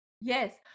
Yes